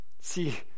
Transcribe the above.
See